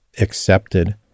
accepted